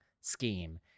scheme